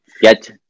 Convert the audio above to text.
get